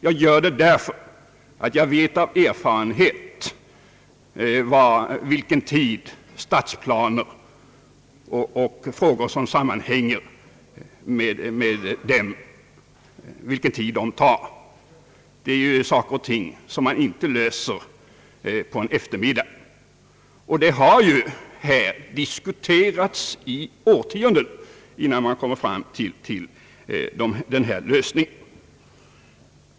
Jag gör det därför att jag vet av erfarenhet hur lång tid som åtgår för stadsplaner och frågor som sammanhänger med dem. Det är ju saker och ting som man inte löser på en eftermiddag, och den nu aktuella planen för kvarteret Garnisonen har diskuterats i många år innan man kom fram till denna lösning. Herr talman!